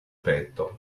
petto